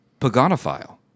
paganophile